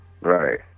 right